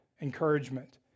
encouragement